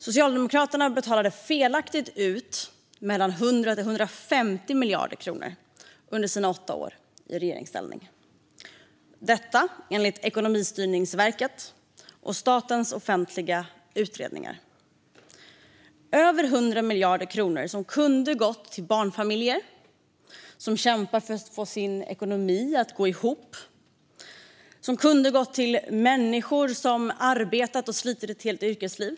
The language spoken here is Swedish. Socialdemokraterna betalade felaktigt ut mellan 100 och 150 miljarder kronor under sina åtta år i regeringsställning, detta enligt Ekonomistyrningsverket och Statens offentliga utredningar. Det är över 100 miljarder kronor som kunde ha gått till barnfamiljer som kämpar för att få ekonomin att gå ihop eller till människor som arbetat och slitit ett helt arbetsliv.